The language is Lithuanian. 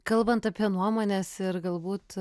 kalbant apie nuomones ir galbūt